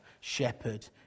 shepherd